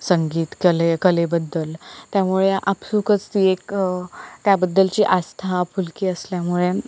संगीत कले कलेबद्दल त्यामुळे आपसुकच ती एक त्याबद्दलची आस्था आपुलकी असल्यामुळे